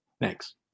Thanks